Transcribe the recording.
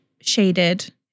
shaded